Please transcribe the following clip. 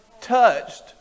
touched